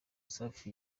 safi